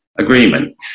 agreement